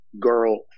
girl